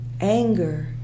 anger